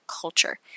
culture